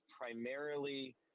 primarily